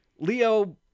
Leo